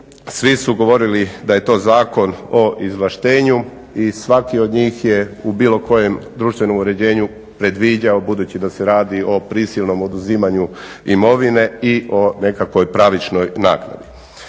svi su govorili da je to zakon o izvlaštenju i svaki od njih je u bilo kojem društvenom uređenju predviđao budući da se radi o prisilnom oduzimanju imovine i o nekakvoj pravičnoj naknadi.